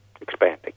expanding